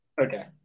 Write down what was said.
Okay